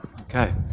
Okay